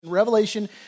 Revelation